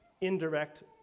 indirect